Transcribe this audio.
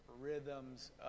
rhythms